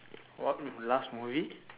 what last movie